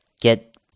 get